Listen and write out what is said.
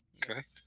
Correct